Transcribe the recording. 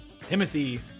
Timothy